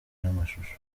n’amashusho